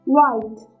White